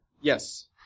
yes